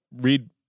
read